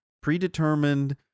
predetermined